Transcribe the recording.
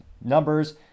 numbers